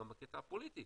גם בקטע הפוליטי,